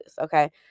Okay